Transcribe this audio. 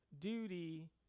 duty